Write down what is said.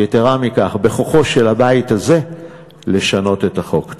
יתרה מכך, בכוחו של הבית הזה לשנות את החוק.